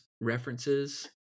references